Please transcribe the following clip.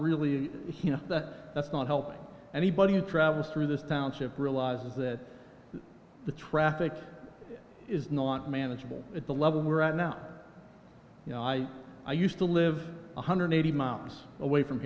really that that's not helping anybody who travels through this township realizes that the traffic is not manageable at the level we're at now you know i i used to live one hundred eighty miles away from